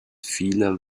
vieler